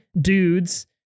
dudes